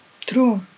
True